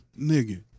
Nigga